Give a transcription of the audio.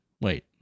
wait